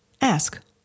Ask